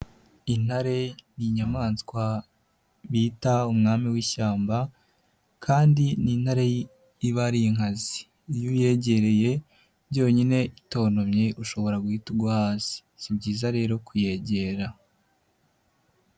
Intare ni inyamaswa bita umwami w'ishyamba kandi n'intare iba ari inkazi, iyo uyegereye byonyine itontomye ushobora guhita ugwa hasi, si byiza rero kuyegera.